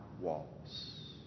walls